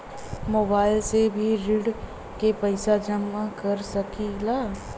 Mobile से भी ऋण के पैसा जमा कर सकी ला?